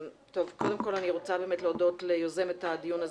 קודם כל אני רוצה באמת להודות ליוזמת הדיון הזה,